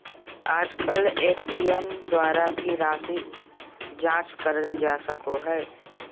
आजकल ए.टी.एम द्वारा भी राशी जाँच करल जा सको हय